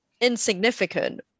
insignificant